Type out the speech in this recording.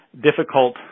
difficult